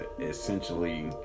essentially